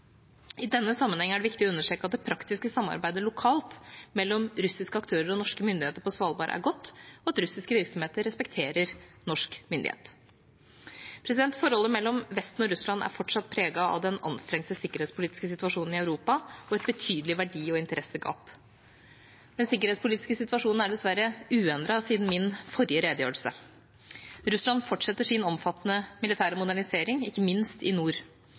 I den sammenheng er det viktig å understreke at det praktiske samarbeidet lokalt mellom russiske aktører og norske myndigheter på Svalbard er godt, og at russiske virksomheter respekterer norsk myndighet. Forholdet mellom Vesten og Russland er fortsatt preget av den anstrengte sikkerhetspolitiske situasjonen i Europa og et betydelig verdi- og interessegap. Den sikkerhetspolitiske situasjonen er dessverre uendret siden min forrige redegjørelse. Russland fortsetter sin omfattende militære modernisering, ikke minst i nord.